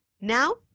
Now